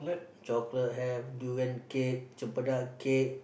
chocolate have durian cake cempedak cake